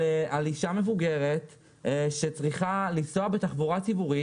על אחת כמה וכמה אישה מבוגרת שצריכה לנסוע בתחבורה ציבורית